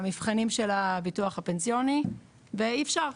למבחנים של הביטוח הפנסיוני ואי אפשר,